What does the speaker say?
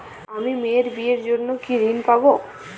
আমি মেয়ের বিয়ের জন্য কি ঋণ পাবো?